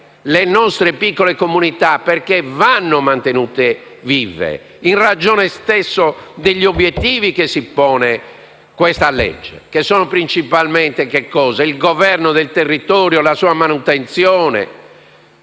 le nostre piccole comunità, perché vanno mantenute tali in ragione degli stessi obiettivi che questa legge si pone, che sono principalmente il governo del territorio, la sua manutenzione